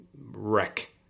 Wreck